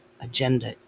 agenda